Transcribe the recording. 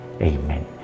Amen